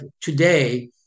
today